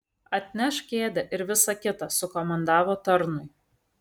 atnešk kėdę ir visa kita sukomandavo tarnui